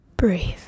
Breathe